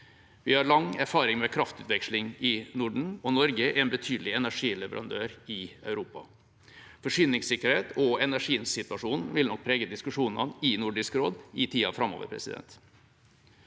Vi har lang erfaring med kraftutveksling i Norden, og Norge er en betydelig energileverandør i Europa. Forsyningssikkerhet og energisituasjonen vil nok prege diskusjonene i Nordisk råd i tida framover.